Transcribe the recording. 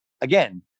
again